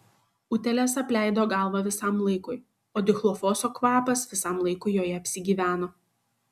utėlės apleido galvą visam laikui o dichlofoso kvapas visam laikui joje apsigyveno